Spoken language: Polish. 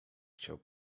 chciał